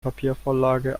papiervorlage